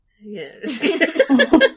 Yes